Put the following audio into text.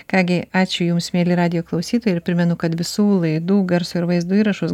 ką gi ačiū jums mieli radijo klausytojai ir primenu kad visų laidų garso ir vaizdo įrašus